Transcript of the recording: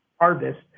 harvest